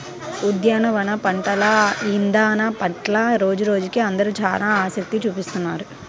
ఉద్యాన పంటల ఇదానం పట్ల రోజురోజుకీ అందరూ చానా ఆసక్తి చూపిత్తున్నారు